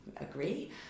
agree